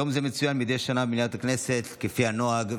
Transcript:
יום זה מצוין מדי שנה במליאת הכנסת לפי הנוהג.